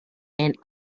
and